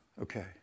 Okay